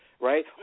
Right